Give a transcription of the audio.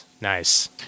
nice